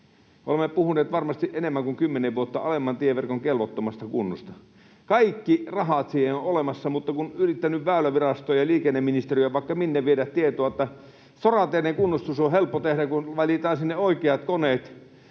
Olemme puhuneet varmasti enemmän kuin kymmenen vuotta alemman tieverkon kelvottomasta kunnosta. Kaikki rahat siihen ovat olemassa, mutta kun olen yrittänyt Väylävirastoon ja liikenneministeriöön ja vaikka minne viedä tietoa, että sorateiden kunnostus on helppo tehdä, kun valitaan sinne oikeat koneet